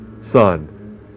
Son